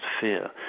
fear